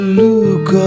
look